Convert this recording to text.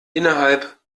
innerhalb